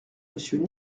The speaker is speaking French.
monsieur